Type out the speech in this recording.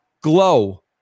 Glow